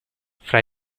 fra